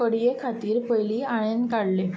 कडये खातीर पयलीं आळ्यान काडलें